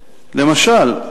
למשל,